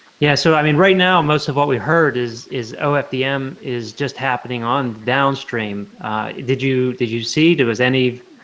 yeah, so i mean right now most of what we heard is is ofdm is just happening on downstream did you did you see there was any?